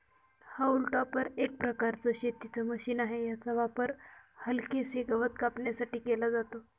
haulm topper एक प्रकारचं शेतीच मशीन आहे, याचा वापर हलकेसे गवत कापण्यासाठी केला जातो